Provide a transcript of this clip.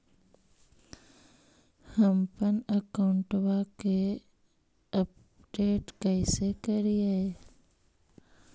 हमपन अकाउंट वा के अपडेट कैसै करिअई?